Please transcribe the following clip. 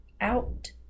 out